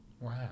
Wow